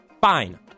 fine